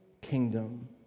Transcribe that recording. kingdom